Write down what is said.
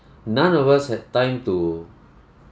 none of us had time to